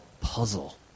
puzzle